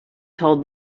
told